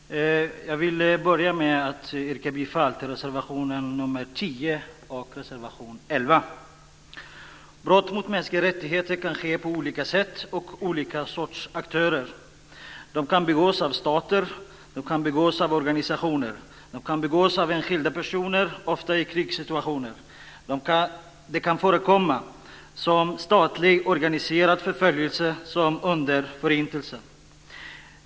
Fru talman! Jag vill börja med att yrka bifall till reservation nr 10 och reservation nr 11. Brott mot mänskliga rättigheter kan ske på olika sätt och utföras av olika sorters aktörer. De kan begås av stater. De kan begås av organisationer. De kan begås av enskilda personer, ofta i krigssituationer. De kan förekomma som statlig organiserad förföljelse, som under Förintelsen.